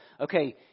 okay